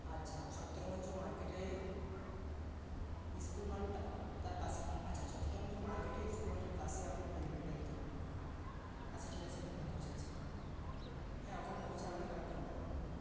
আচ্ছা ছত্রগঞ্জ মার্কেটের স্কুল মাঠটা তার পাশে আচ্ছা আচ্ছা ছত্রগঞ্জ মার্কেটে স্কুল মাঠের পাশে আপনাকে ডেলিভারিটা দিতে হবে আচ্ছা ঠিক আছে আমি পৌঁছাচ্ছি হ্যাঁ আমি ওখানে পৌঁছে আপনাকে ফোন লাগাব